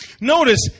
Notice